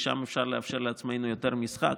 ושם אפשר לאפשר לעצמנו יותר משחק.